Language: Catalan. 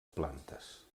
plantes